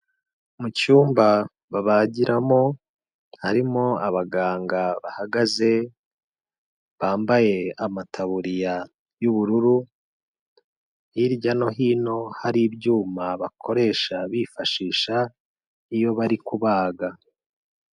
Mu cyumba babagiramo, harimo abaganga bahagaze, bambaye amataburiya y'ubururu, hirya no hino hari ibyuma bakoresha bifashisha iyo bari kubaga.